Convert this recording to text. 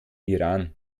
iran